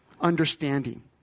understanding